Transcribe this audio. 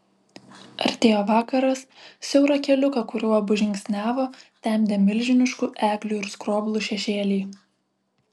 artėjo vakaras siaurą keliuką kuriuo abu žingsniavo temdė milžiniškų eglių ir skroblų šešėliai